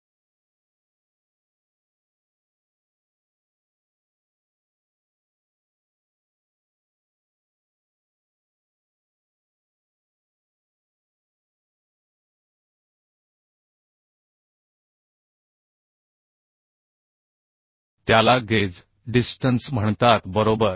याचा अर्थ या दिशेने फोर्सेस आहेत म्हणून या दिशेने या अंतराला पीच पी म्हणतात बरोबर त्याचप्रमाणे स्ट्रेस च्या दिशेने लंब हे अंतर आहे त्याला गेज डिस्टन्स म्हणतात बरोबर